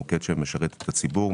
מוקד שמשרת את הציבור.